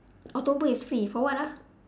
october is free for what ah